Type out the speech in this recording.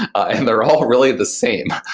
and they're all really the same.